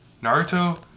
Naruto